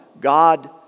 God